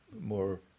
more